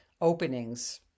openings